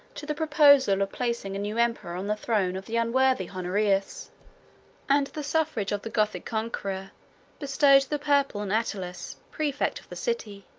to the proposal of placing a new emperor on the throne of the unworthy honorius and the suffrage of the gothic conqueror bestowed the purple on attalus, praefect of the city.